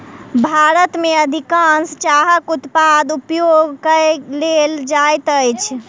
भारत में अधिकाँश चाहक उत्पाद उपयोग कय लेल जाइत अछि